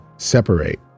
Separate